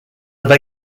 have